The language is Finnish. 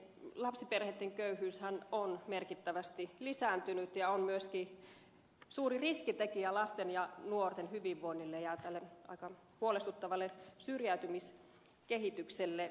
lapsiperheitten köyhyyshän on merkittävästi lisääntynyt ja on myöskin suuri riskitekijä lasten ja nuorten hyvinvoinnille ja tälle aika huolestuttavalle syrjäytymiskehitykselle